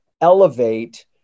elevate